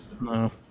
no